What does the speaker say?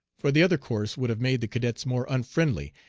for the other course would have made the cadets more unfriendly,